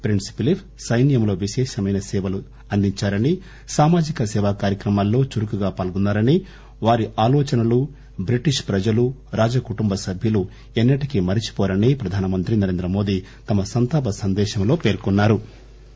prince Philip సైన్యంలో విశేషమైన సేవలు చేశారని సామాజిక సేవా కార్యక్రమాలలో చురుకుగా పాల్గొన్నారని వారి ఆలోచనలు బ్రిటిష్ ప్రజలు రాజకుటుంబ సభ్యులు ఎన్నటికీ మర్చిపోరని ప్రధానమంత్రి నరేంద్రమోదీ తమ సంతాప సందేశంలో పేర్కొన్నారు